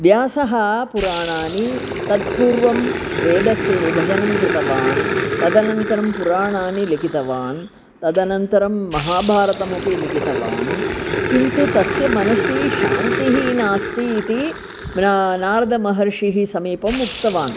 व्यासः पुराणानि तत्पूर्वं वेदस्य विभाजनं कृतवान् तदनन्तरं पुराणानि लिखितवान् तदनन्तरं महाभारतमपि लिखितवान् किन्तु तस्य मनसि शान्तिः नास्ति इति म्ना नारदमहर्षेः समीपम् उक्तवान्